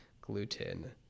Gluten